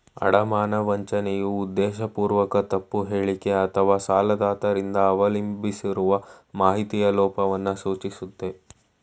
ಅಡಮಾನ ವಂಚನೆಯು ಉದ್ದೇಶಪೂರ್ವಕ ತಪ್ಪು ಹೇಳಿಕೆ ಅಥವಾಸಾಲದಾತ ರಿಂದ ಅವಲಂಬಿಸಿರುವ ಮಾಹಿತಿಯ ಲೋಪವನ್ನ ಸೂಚಿಸುತ್ತೆ